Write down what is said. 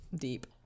deep